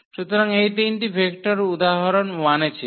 সুতরাং এই তিনটি ভেক্টর উদাহরণ 1 এ ছিল